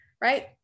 right